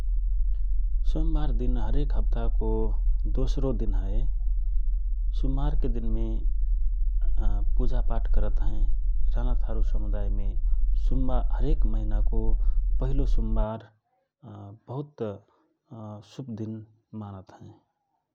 सोमबार दिन हरेक हाप्ताको दोस्रो दिन हए । सुम्मारके दिनमे पुजा पाठ करत हएँ ,रानाथारू समुदायमे सुम्बार हरेक महिनाको पहिलो सम्मार बुहत शुभ दिन मानत हए ।